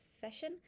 session